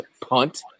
punt